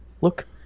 look